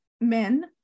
men